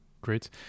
Great